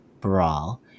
brawl